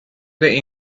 the